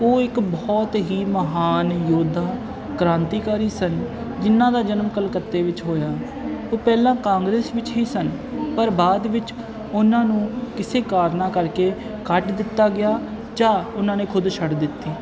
ਉਹ ਇੱਕ ਬਹੁਤ ਹੀ ਮਹਾਨ ਯੋਧਾ ਕ੍ਰਾਂਤੀਕਾਰੀ ਸਨ ਜਿਹਨਾਂ ਦਾ ਜਨਮ ਕਲਕੱਤੇ ਵਿੱਚ ਹੋਇਆ ਉਹ ਪਹਿਲਾਂ ਕਾਂਗਰਸ ਵਿੱਚ ਹੀ ਸਨ ਪਰ ਬਾਅਦ ਵਿੱਚ ਉਹਨਾਂ ਨੂੰ ਕਿਸੇ ਕਾਰਨਾਂ ਕਰਕੇ ਕੱਢ ਦਿੱਤਾ ਗਿਆ ਜਾਂ ਉਹਨਾਂ ਨੇ ਖੁਦ ਛੱਡ ਦਿੱਤੀ